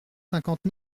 cinquante